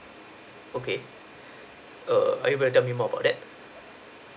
okay err are you able to tell me more about that